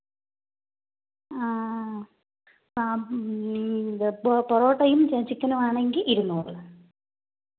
ആ ഇത് പൊറോട്ടയും ചിക്കനുമാണെങ്കിൽ ഇരുന്നൂറ്